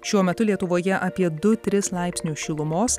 šiuo metu lietuvoje apie du tris laipsnius šilumos